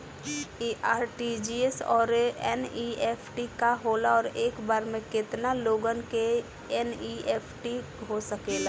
इ आर.टी.जी.एस और एन.ई.एफ.टी का होला और एक बार में केतना लोगन के एन.ई.एफ.टी हो सकेला?